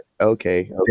Okay